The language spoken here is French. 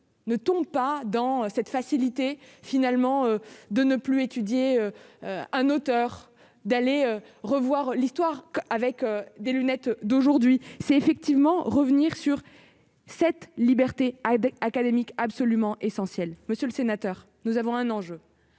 ne tombe pas dans cette facilité, finalement, de ne plus étudier un auteur d'aller revoir l'histoire qu'avec des lunettes d'aujourd'hui c'est effectivement revenir sur cette liberté académique absolument essentiel, monsieur le sénateur, nous avons un enjeu